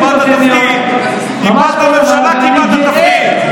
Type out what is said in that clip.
הפלת ממשלה וקיבלת תפקיד.